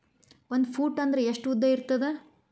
ಒಂದು ಫೂಟ್ ಅಂದ್ರೆ ಎಷ್ಟು ಉದ್ದ ಇರುತ್ತದ?